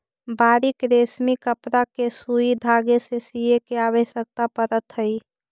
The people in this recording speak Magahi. बारीक रेशमी कपड़ा के सुई धागे से सीए के आवश्यकता पड़त हई